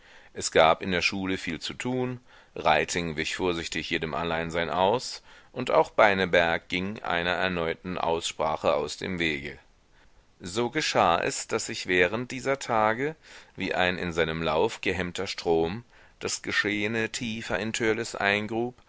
es gab in der schule viel zu tun reiting wich vorsichtig jedem alleinsein aus und auch beineberg ging einer erneuten aussprache aus dem wege so geschah es daß sich während dieser tage wie ein in seinem lauf gehemmter strom das geschehene tiefer in törleß eingrub